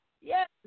Yes